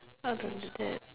other than that